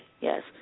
Yes